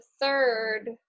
third